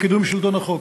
לקידום שלטון החוק.